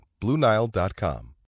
BlueNile.com